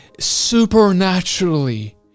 supernaturally